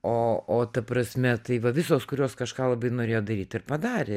o o ta prasme tai va visos kurios kažką labai norėjo daryt ir padarė